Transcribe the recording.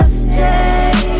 stay